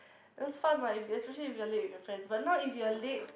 it was fun but if especially you're late with your friends but now if you're late